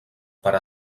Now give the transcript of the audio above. per